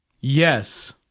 Yes